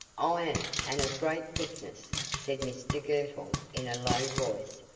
iron, and of great thickness, said mr girtle, in a low voice.